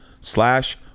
slash